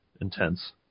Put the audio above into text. intense